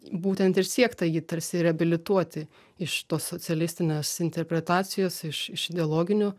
būtent ir siekta jį tarsi reabilituoti iš tos socialistinės interpretacijos iš iš ideologinių